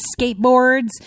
skateboards